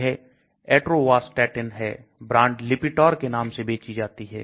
यह Atorvastatin है brand Lipitor के नाम से बेची जाती है